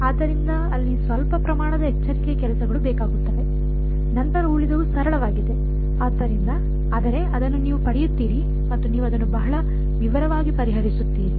ಆದ್ದರಿಂದ ಅಲ್ಲಿ ಸ್ವಲ್ಪ ಪ್ರಮಾಣದ ಎಚ್ಚರಿಕೆಯ ಕೆಲಸಗಳು ಬೇಕಾಗುತ್ತವೆ ನಂತರ ಉಳಿದವು ಸರಳವಾಗಿದೆ ಆದರೆ ಅದನ್ನು ನೀವು ಪಡೆಯುತ್ತೀರಿ ಮತ್ತು ನೀವು ಅದನ್ನು ಬಹಳ ವಿವರವಾಗಿ ಪರಿಹರಿಸುತ್ತೀರಿ